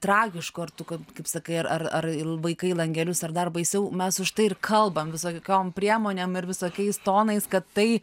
tragiškų ar tu kaip kaip sakai ar ar vaikai langelius ar dar baisiau mes už tai ir kalbam visokiom priemonėm ir visokiais tonais kad tai